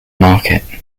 market